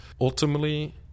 Ultimately